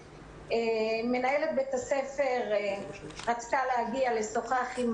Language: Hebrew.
מנהלת בית הספר רצתה להגיע לשוחח עם